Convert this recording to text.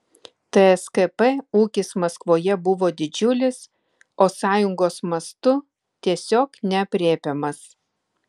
tskp ūkis maskvoje buvo didžiulis o sąjungos mastu tiesiog neaprėpiamas